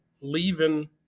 leaving